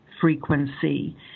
frequency